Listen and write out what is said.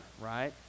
right